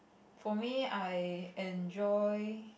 for me I enjoy